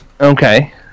Okay